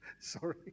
sorry